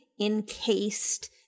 encased